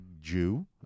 Jew